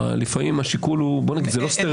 לפעמים השיקול בוא נגיד, זה לא סטרילי.